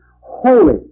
Holy